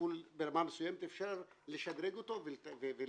בטיפול ברמה מסוימת אפשר לשדרג אותו ולתחזק